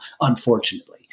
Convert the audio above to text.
unfortunately